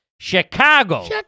Chicago